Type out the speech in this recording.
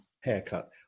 haircut